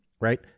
Right